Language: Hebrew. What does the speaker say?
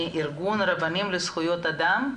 מארגון רבנים לזכויות אדם.